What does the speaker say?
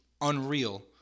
unreal